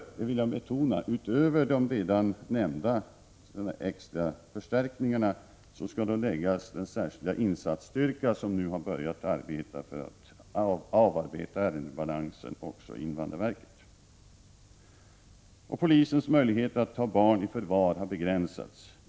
Jag vill betona att utöver de redan nämnda extra förstärkningarna skall läggas den särskilda insatsstyrka som har börjat arbeta med att minska ärendebalansen hos invandrarverket. Genom en nyligen beslutad förordning har polisens möjligheter att ta barn i förvar begränsats.